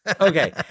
Okay